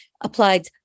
applied